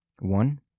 One